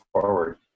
forward